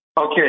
Okay